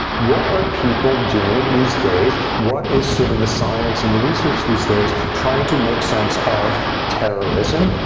what are people doing these days, what is sort of the science and the research these days, trying to make sense of terrorism,